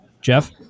Jeff